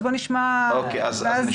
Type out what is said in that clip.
אז נשמע אותו.